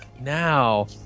Now